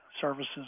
services